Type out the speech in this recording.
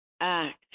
act